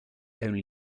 only